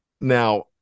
Now